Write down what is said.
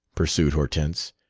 pursued hortense.